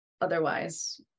otherwise